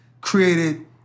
created